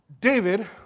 David